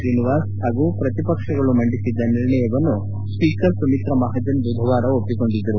ಶ್ರೀನಿವಾಸ್ ಹಾಗೂ ಪ್ರತಿಪಕ್ಷಗಳು ಮಂದಿಸಿದ್ದ ನಿರ್ಣಯವನ್ನು ಸ್ವೀಕರ್ ಸುಮಿತ್ರಾ ಮಹಾಜನ್ ಬುಧವಾರ ಒಪ್ಪಿಕೊಂಡಿದ್ದರು